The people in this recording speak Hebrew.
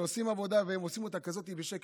שעושים עבודה והם עושים אותה בשקט,